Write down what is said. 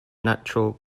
natural